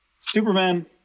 Superman